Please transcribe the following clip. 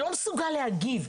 שלא מסוגל להגיב,